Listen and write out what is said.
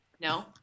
No